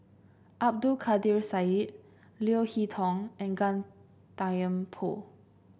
Abdul Kadir Syed Leo Hee Tong and Gan Thiam Poh